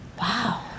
Wow